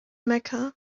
mecca